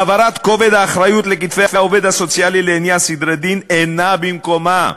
העברת כובד האחריות לכתפי העובד הסוציאלי לעניין סדרי דין אינה במקומה,